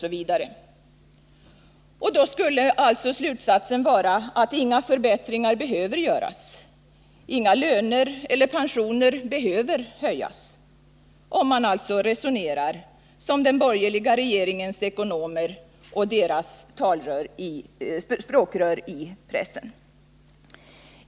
Om man resonerar som den borgerliga regeringens ekonomer och deras språkrör i pressen, blir slutsatsen att inga förbättringar behöver göras, inga löner eller pensioner behöver höjas.